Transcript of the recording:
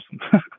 awesome